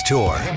Tour